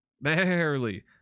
Barely